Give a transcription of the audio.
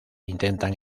intentan